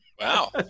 Wow